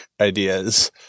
ideas